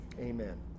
amen